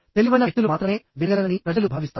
తెలివైన వ్యక్తులు మాత్రమే వినగలరని ప్రజలు భావిస్తారు